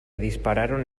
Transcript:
dispararon